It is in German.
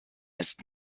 ist